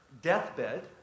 deathbed